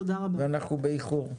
ואנחנו באיחור.